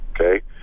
okay